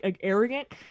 arrogant